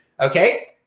okay